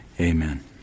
Amen